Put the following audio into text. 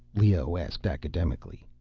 leoh asked academically.